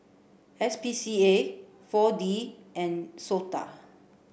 S P C A four D and SOTA